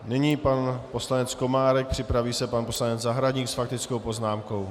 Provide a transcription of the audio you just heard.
Nyní pan poslanec Komárek, připraví se pan poslanec Zahradník s faktickou poznámkou.